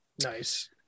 Nice